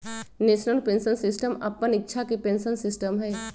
national pension system अप्पन इच्छा के पेंशन सिस्टम हइ